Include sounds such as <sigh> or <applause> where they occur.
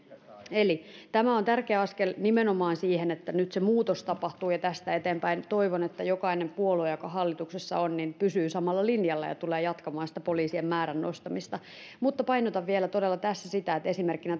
eli tämä on tärkeä askel nimenomaan siihen että nyt se muutos tapahtuu ja tästä eteenpäin toivon että jokainen puolue joka hallituksessa on pysyy samalla linjalla ja tulee jatkamaan sitä poliisien määrän nostamista mutta painotan vielä todella tässä sitä että esimerkkinä <unintelligible>